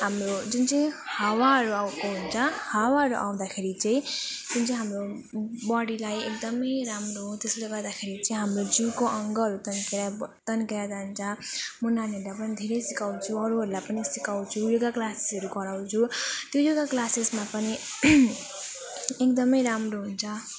हाम्रो जुन चाहिँ हावाहरू आएको हुन्छ हावाहरू आउँदाखेरि चाहिँ जुन चाहिँ हाम्रो बडीलाई एकदम राम्रो हो त्यसले गर्दाखेरि चाहिँ हाम्रो जिउको अङ्गहरू तन्केर तन्केर जान्छ म नानीहरूलाई पनि धेरै सिकाउँछु अरूहरूलाई पनि सिकाउँछु योगा क्लासेसहरू गराउँछु त्यो योगा क्लासेसमा पनि एकदम राम्रो हुन्छ